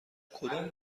کدام